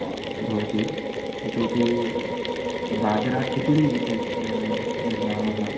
भवति इतोपि बाजरा खिच्डी इति वयं निर्मामः